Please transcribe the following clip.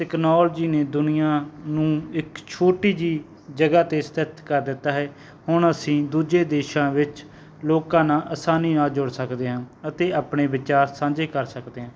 technology ਨੇ ਦੁਨੀਆ ਨੂੰ ਇੱਕ ਛੋਟੀ ਜਿਹੀ ਜਗ੍ਹਾ 'ਤੇ ਸਥਿਤ ਕਰ ਦਿੱਤਾ ਹੈ ਹੁਣ ਅਸੀਂ ਦੂਜੇ ਦੇਸ਼ਾਂ ਵਿੱਚ ਲੋਕਾਂ ਨਾਲ ਆਸਾਨੀ ਨਾਲ ਜੁੜ ਸਕਦੇ ਹਾਂ ਅਤੇ ਆਪਣੇ ਵਿਚਾਰ ਸਾਂਝੇ ਕਰ ਸਕਦੇ ਹਾਂ